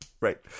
Right